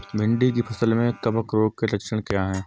भिंडी की फसल में कवक रोग के लक्षण क्या है?